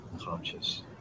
conscious